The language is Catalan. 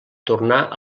tornar